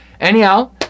anyhow